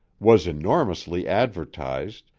was enormously advertised,